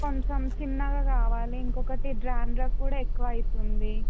కొంచెం చిన్నగా కావాలి ఇంకొకటి డాండ్రఫ్ కూడా ఎక్కువవుతుంది